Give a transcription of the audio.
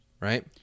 right